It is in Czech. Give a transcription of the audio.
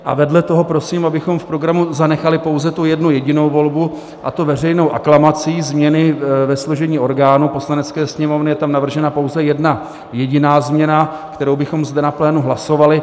A vedle toho prosím, abychom v programu zanechali pouze tu jednu jedinou volbu, a to veřejnou aklamací změny ve složení orgánů Poslanecké sněmovny, je tam navržena pouze jedna jediná změna, kterou bychom zde na plénu hlasovali.